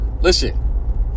Listen